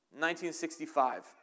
1965